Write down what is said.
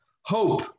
Hope